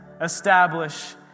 establish